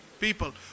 People